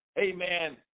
amen